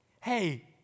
hey